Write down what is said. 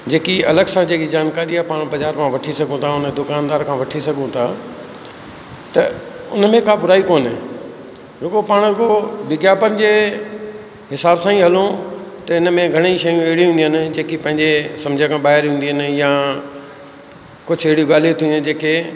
जेकी अलॻि सां जेकी जानकारी आहे पाण बाज़ारि मां वठी सघूं था हुन दुकानदार खां वठी सघूं था त उनमें का बुराई कोन्हे रुॻो पाण को विज्ञापन जे हिसाब सां ई हलूं त हिनमें घणेई शयूं अहिड़ियूं हूंदियूं आहिनि जेकी पंहिंजे सम्झि खां ॿाहिरि हूंदी आहिनि या कुझु अहिड़ियूं ॻाल्हियूं थींदियूं आहिनि जेके